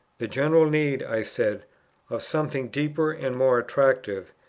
the general need, i said, of something deeper and more attractive,